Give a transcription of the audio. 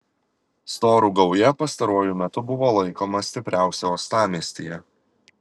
storų gauja pastaruoju metu buvo laikoma stipriausia uostamiestyje